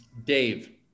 Dave